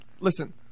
listen